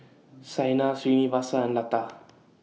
Saina Srinivasa and Lata